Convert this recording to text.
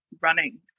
running